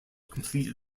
complete